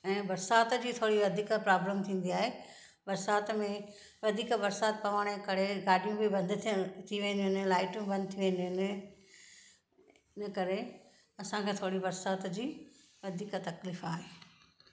ऐं बरसाति जी थोड़ी वधीक प्रॉब्लम थींदी आहे बरसाति में वधीक बरसाति पवणु जे करे गाडि॒यूं बि बंदि थी वेंदियूं अनि लाइटूं बंदि थी वेंदियूं अनि इन करे असांखे थोरी बरसाति जी वधीक तकलीफ़ आहे